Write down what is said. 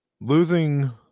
Losing